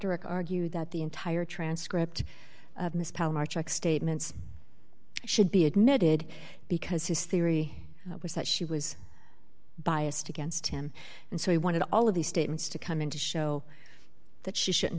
direct argued that the entire transcript of miss palmer check statements should be admitted because his theory was that she was biased against him and so he wanted all of these statements to come in to show that she should